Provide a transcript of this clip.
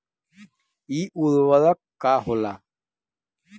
इ उर्वरक का होला?